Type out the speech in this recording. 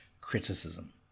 criticism